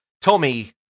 tommy